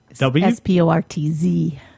S-P-O-R-T-Z